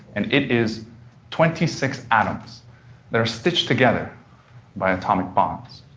and it is twenty six atoms that are stitched together by atomic bonds.